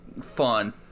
fun